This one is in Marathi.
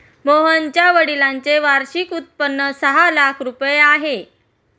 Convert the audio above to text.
मोहनच्या वडिलांचे वार्षिक उत्पन्न सहा लाख रुपये आहे